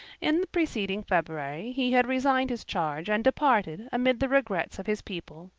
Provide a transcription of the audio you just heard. in the preceding february he had resigned his charge and departed amid the regrets of his people,